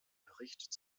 bericht